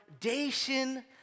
foundation